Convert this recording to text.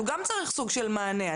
הוא גם צריך סוג של מענה.